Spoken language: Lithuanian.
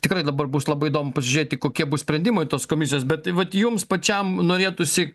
tikrai dabar bus labai įdomu pažėti kokie bus sprendimai tos komisijos bet vat jums pačiam norėtųsi